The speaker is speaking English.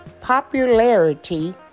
popularity